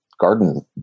garden